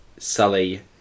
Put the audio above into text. Sully